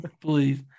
please